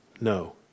No